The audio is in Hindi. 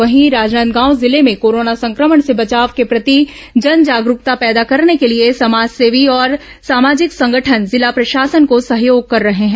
वहीं राजनांदगांव जिले में कोरोना संक्रमण से बचाव के प्रति जन जागरूकता पैदा करने के लिए समाजसेवी और सामाजिक संगठन जिला प्रशासन को सहयोग कर रहे हैं